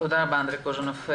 תודה רבה, אנדריי קוז'ינוב.